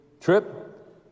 trip